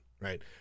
Right